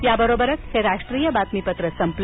या बरोबरच हे राष्ट्रीय बातमीपत्र संपलं